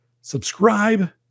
subscribe